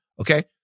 Okay